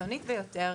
הקיצונית ביותר,